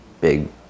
big